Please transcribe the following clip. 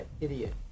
idiot